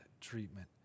treatment